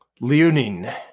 Leonin